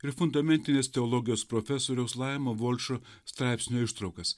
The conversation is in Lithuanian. ir fundamentinės teologijos profesoriaus laimo volčo straipsnio ištraukas